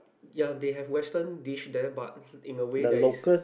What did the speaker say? ya they have western dish there but in the way there is